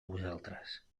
vosaltres